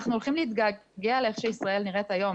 אנחנו הולכים להתגעגע איך שישראל נראית היום,